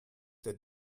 der